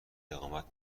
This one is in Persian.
اقامت